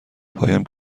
پایم